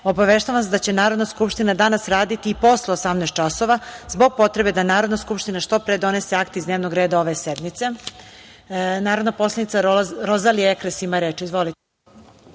obaveštavam vas da će Narodna skupština danas raditi posle 18.00 časova, zbog potrebe da Narodna skupština što pre donese akte iz dnevnog reda ove sednice. Reč ima narodna poslanica Rozalija Ekres. Izvolite.